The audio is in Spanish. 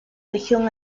región